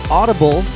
audible